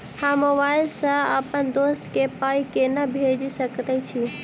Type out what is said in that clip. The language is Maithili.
हम मोबाइल सअ अप्पन दोस्त केँ पाई केना भेजि सकैत छी?